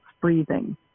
breathing